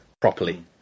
properly